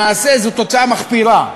למעשה, זו תוצאה מחפירה.